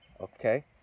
okay